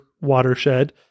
Watershed